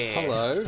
Hello